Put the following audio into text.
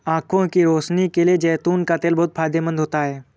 आंखों की रोशनी के लिए जैतून का तेल बहुत फायदेमंद होता है